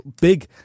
big